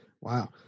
Wow